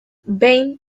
behin